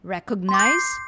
Recognize